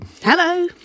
Hello